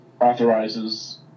authorizes